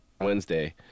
Wednesday